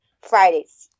Fridays